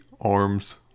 arm's